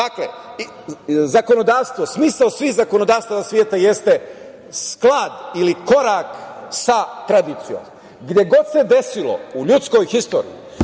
neki kliše da ispuni. Smisao svih zakonodavstava sveta jeste sklad ili korak sa tradicijom. Gde god se desilo u ljudskoj istoriji